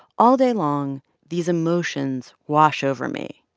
all day long, these emotions wash over me,